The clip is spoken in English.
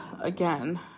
again